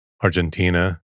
Argentina